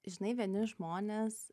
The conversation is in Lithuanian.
žinai vieni žmonės